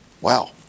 Wow